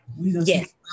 Yes